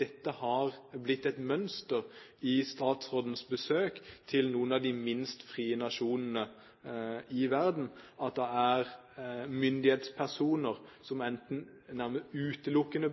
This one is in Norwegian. dette har blitt et mønster i statsrådens besøk til noen av de minst frie nasjonene i verden. Det er nesten utelukkende myndighetspersoner man